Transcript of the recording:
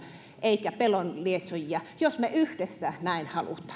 emmekä pelon lietsojia jos me yhdessä näin haluamme